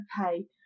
Okay